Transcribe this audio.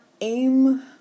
aim